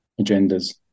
agendas